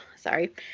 sorry